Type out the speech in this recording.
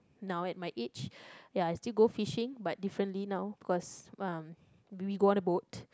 now at my age ya I still go fishing but differently now because uh we go on a boat